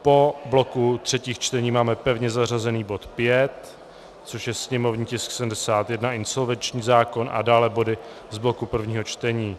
Po bloku třetích čtení máme pevně zařazený bod 5, což je sněmovní tisk 71, insolvenční zákon, a dále body z bloku prvního čtení.